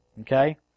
Okay